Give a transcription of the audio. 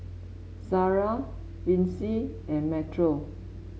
Sarrah Vicy and Metro